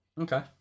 Okay